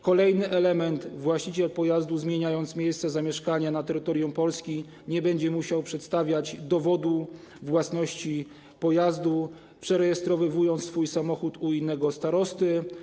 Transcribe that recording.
Kolejny element: właściciel pojazdu, zmieniając miejsce zamieszkania na terytorium Polski, nie będzie musiał przedstawiać dowodu własności pojazdu, przerejestrowując swój samochód u innego starosty.